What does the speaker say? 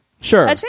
sure